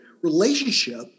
relationship